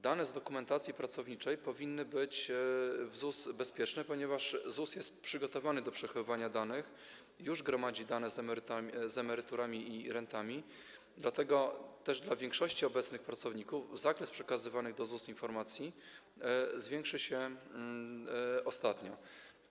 Dane z dokumentacji pracowniczej powinny być w ZUS bezpieczne, ponieważ ZUS jest przygotowany do przechowywania danych, już gromadzi dane związane z emeryturami i rentami, dlatego też dla większości obecnych pracowników zakres przekazywanych do ZUS informacji zwiększy się nieznacznie.